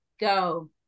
go